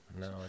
No